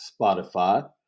Spotify